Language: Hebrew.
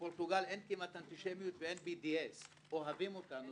בפורטוגל אין כמעט אנטישמיות ואין BDS. אוהבים אותנו,